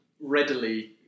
readily